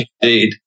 Indeed